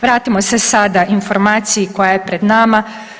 Vratimo se sada informaciji koja je pred nama.